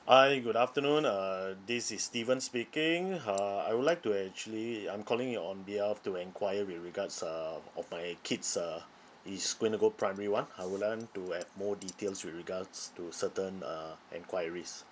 hi good afternoon uh this is steven speaking uh I would like to actually I'm calling your on behalf to enquire with regards um of my kids uh is going to go primary one I would like um to have more details with regards to certain uh enquiries